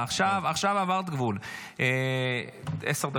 עשר דקות, נכון?